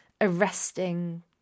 arresting